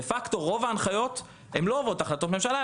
דה-פקטו רוב ההנחיות לא עוברות החלטות ממשלה,